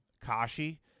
Kashi